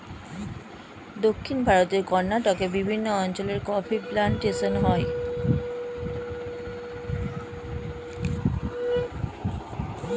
দক্ষিণ ভারতে কর্ণাটকের বিভিন্ন অঞ্চলে কফি প্লান্টেশন হয়